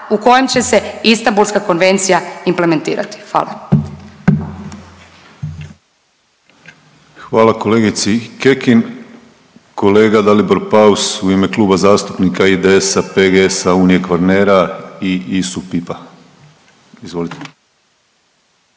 u kojem će se Istambulska konvencija implementirati. Hvala. **Penava, Ivan (DP)** Hvala kolegici Kekin. Kolega Dalibor Paus u ime Kluba zastupnika IDS-a, PGS-a, Unije Kvarnera i ISU-PIP-a. Izvolite.